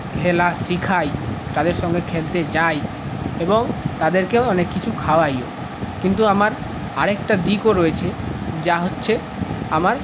খেলা শিখাই তাদের সঙ্গে খেলতে যাই এবং তাদেরকেও অনেক কিছু খাওয়াইও কিন্তু আমার আরেকটা দিকও রয়েছে যা হচ্ছে আমার